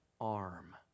arm